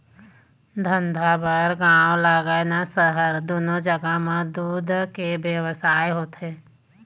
धंधा बर गाँव लागय न सहर, दूनो जघा म दूद के बेवसाय होथे